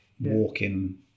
walking